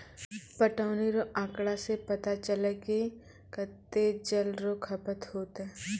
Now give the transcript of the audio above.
पटौनी रो आँकड़ा से पता चलै कि कत्तै जल रो खपत होतै